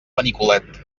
benicolet